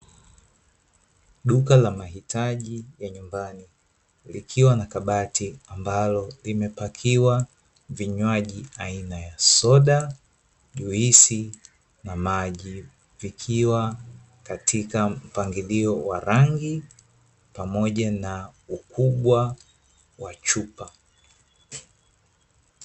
Duka la mahitaji ya nyumbani, likiwa na kabati ambalo limepakiwa vinywaji aina ya soda, juisi na maji vikiwa katika mpangilio wa rangi, pamoja na ukubwa wa chupa.